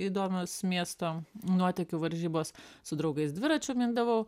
įdomios miesto nuotykių varžybos su draugais dviračiu mindavau